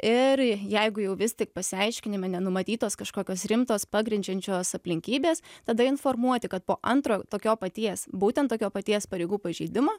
ir jeigu jau vis tik pasiaiškinime nenumatytos kažkokios rimtos pagrindžiančios aplinkybės tada informuoti kad po antro tokio paties būtent tokio paties pareigų pažeidimo